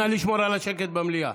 נא לשמור על השקט במליאה.